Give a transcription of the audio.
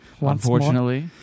Unfortunately